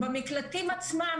במקלטים עצמם,